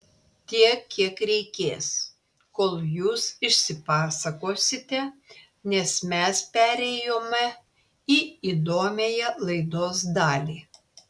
tiek kiek reikės kol jūs išsipasakosite nes mes perėjome į įdomiąją laidos dalį